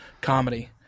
comedy